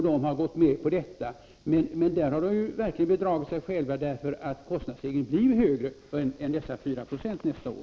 De har gått med på detta, men där har de verkligen bedragit sig själva. Kostnadsstegringen blir ju högre än 4 96 nästa år.